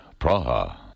Praha